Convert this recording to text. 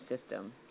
system